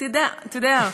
אתה יודע,